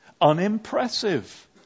Unimpressive